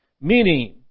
Meaning